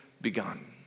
begun